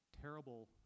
terrible